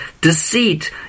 deceit